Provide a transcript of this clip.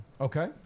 Okay